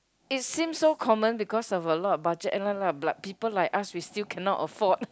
it seems so common because of a lot of budget airline lah but people like us we still cannot afford